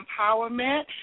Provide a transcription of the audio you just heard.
Empowerment